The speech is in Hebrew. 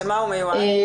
למה הוא היה מיועד?